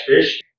fish